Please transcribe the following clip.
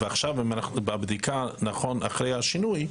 עכשיו בבדיקה אחרי השינוי,